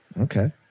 Okay